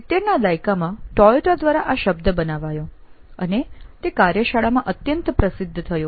70ના દાયકામાં ટોયોટા દ્વારા આ શબ્દ બનાવાયો અને તે કાર્યશાળા માં અત્યંત પ્રસિદ્ધ થયો